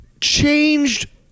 changed